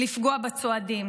לפגוע בצועדים.